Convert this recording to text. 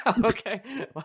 Okay